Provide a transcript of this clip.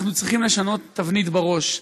אנחנו צריכים לשנות את התבנית בראש.